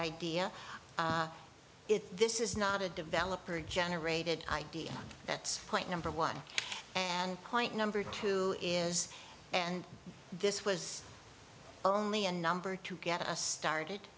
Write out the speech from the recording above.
idea if this is not a developer generated idea that's point number one and point number two is and this was only a number to get us started